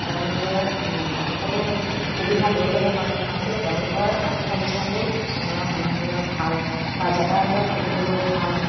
তেওঁলোকে সকলো সুবিধা লৈ ল'ব পাৰে কাৰণ কেলৈ তেওঁলোকৰ আৰ্থিক অৱস্থাবোৰ চহৰৰ মানুহবোৰৰ ভাল বা যাতায়তৰ সুবিধাবোৰ ভাল